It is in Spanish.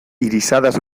irisadas